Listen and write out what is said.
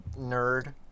nerd